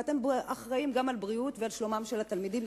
ואתם אחראים גם על בריאותם ועל שלומם של התלמידים,